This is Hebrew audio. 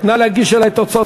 נא להגיש אלי את תוצאות